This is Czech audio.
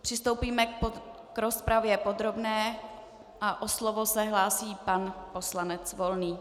Přistoupíme k rozpravě podrobné a o slovo se hlásí pan poslanec Volný.